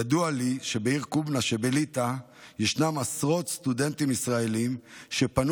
ידוע לי שבעיר קובנה שבליטא ישנם עשרות סטודנטים ישראלים שפנו